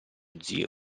zio